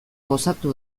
gozatu